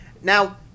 Now